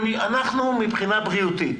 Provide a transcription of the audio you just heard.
אנחנו מדברים מבחינה בריאותית.